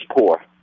poor